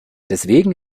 deswegen